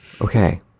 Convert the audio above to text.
Okay